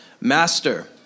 Master